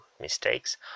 mistakes